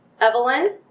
Evelyn